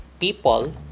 people